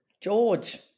george